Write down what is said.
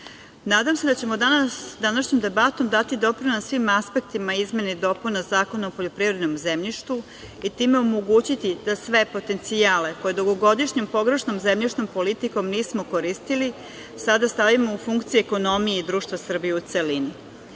nadam se da ćemo današnjom debatom dati doprinos svim aspektima izmena i dopuna Zakona o poljoprivrednom zemljištu i time omogućiti da sve potencijale koje dugogodišnjom pogrešnom zemljišnom politikom nismo koristili, sada stavimo u funkciju ekonomije ekonomije i društva Srbije u celini. Da